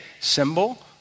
Symbol